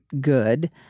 good